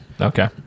okay